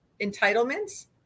entitlements